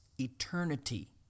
eternity